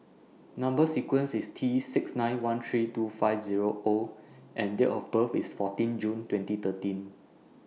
Number sequence IS T six nine one three two five Zero O and Date of birth IS fourteen June twenty thirteen